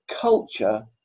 culture